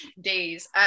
days